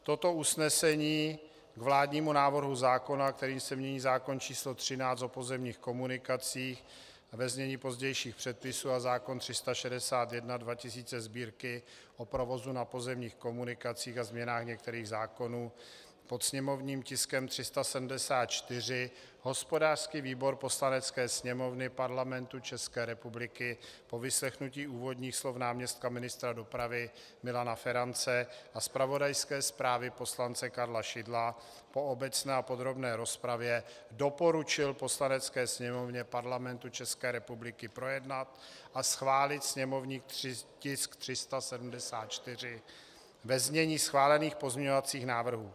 Toto usnesení k vládnímu návrhu zákona, kterým se mění zákon č. 13, o pozemních komunikacích, ve znění pozdějších předpisů, a zákon č. 361/2000 Sb., o provozu na pozemních komunikacích a změnách některých zákonů, pod sněmovním tiskem 374, hospodářský výbor Poslanecké sněmovny Parlamentu České republiky po vyslechnutí úvodních slov náměstka ministra dopravy Milana Ferance a zpravodajské zprávě poslance Karla Šidla, po obecné a podrobné rozpravě doporučil Poslanecké sněmovně Parlamentu České republiky projednat a schválit sněmovní tisk číslo 374 ve znění schválených pozměňovacích návrhů.